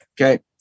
Okay